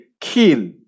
kill